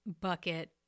bucket